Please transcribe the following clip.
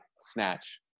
snatch